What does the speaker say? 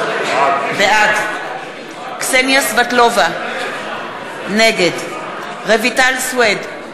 בעד קסניה סבטלובה, נגד רויטל סויד,